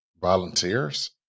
volunteers